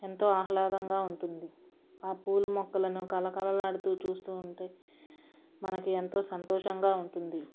ఎంతో ఆహ్లాదంగా ఉంటుంది ఆ పూల మొక్కలను కళకళలాడుతూ చూస్తూ ఉంటే మనకి ఎంతో సంతోషంగా ఉంటుంది